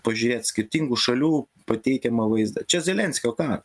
pažiūrėt skirtingų šalių pateikiamą vaizdą čia zelenskio ką